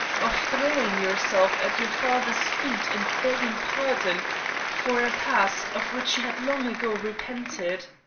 of throwing yourself at your father's feet and begging pardon for a past of which you had long ago repented?